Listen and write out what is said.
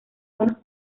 unos